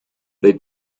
they